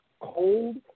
cold